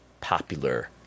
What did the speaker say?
popular